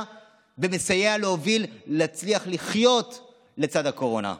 ומסייע להוביל להצליח לחיות לצד הקורונה.